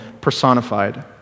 personified